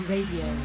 Radio